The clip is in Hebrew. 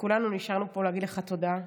וכולנו נשארנו פה להגיד לך תודה,